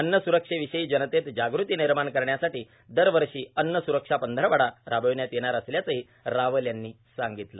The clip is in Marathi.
अन्न सुरक्षेविषयी जनतेत जागृती निर्माण करण्यासाठी दरवर्षी अन्न सुरक्षा पंधरवडा राबवण्यात येणार असल्याचंही रावल यांनी सांगितलं